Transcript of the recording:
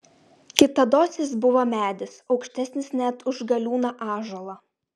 kitados jis buvo medis aukštesnis net už galiūną ąžuolą